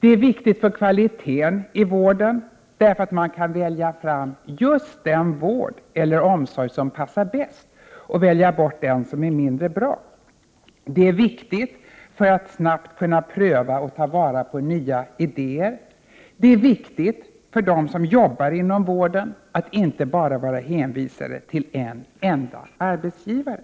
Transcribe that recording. Det är viktigt för kvaliteten i vården därför att man kan välja fram just den vård eller omsorg som passar bäst och välja bort den som är mindre bra. Det är viktigt för att man snabbt skall kunna pröva och ta vara på nya idéer. Det är viktigt för dem som jobbar inom vården att inte bara vara hänvisade till en enda arbetsgivare.